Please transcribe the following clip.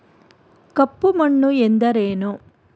ಕಪ್ಪು ಮಣ್ಣು ಎಂದರೇನು?